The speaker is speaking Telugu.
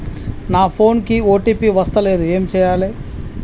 నా ఫోన్ కి ఓ.టీ.పి వస్తలేదు ఏం చేయాలే?